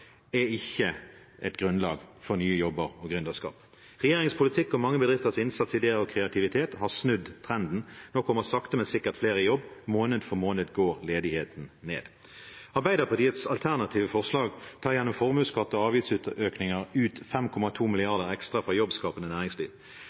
er ikke et grunnlag for nye jobber og gründerskap. Regjeringens politikk og mange bedrifters innsats, ideer og kreativitet har snudd trenden. Nå kommer sakte, men sikkert flere i jobb. Måned for måned går ledigheten ned. Arbeiderpartiets alternative forslag tar gjennom formuesskatt og avgiftsøkninger ut 5,2